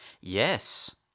Yes